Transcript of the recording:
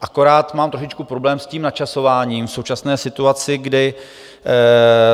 Akorát mám trošičku problém s tím načasováním v současné situaci, kdy